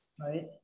right